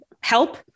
help